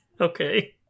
okay